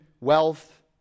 Wealth